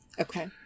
Okay